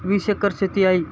वीस एकर शेती आहे